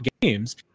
games